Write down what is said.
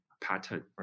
pattern